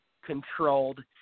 controlled